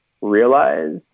realize